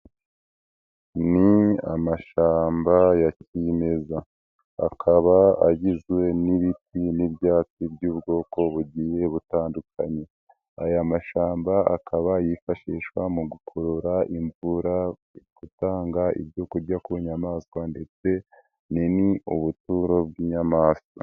Ni amashamba ya kimeza akaba agizwe n'ibiti n'ibyatsi by'ubwoko bugiye butandukanye aya mashyamba akaba yifashishwa mu gukurura imvura gutanga ibyo kurya ku nyamaswa ndetse ni ubuturo bw'inyamaswa.